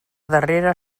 darrera